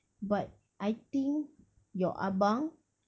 but I think your abang